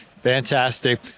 fantastic